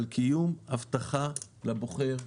על קיום הבטחה לבוחר.